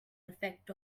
effect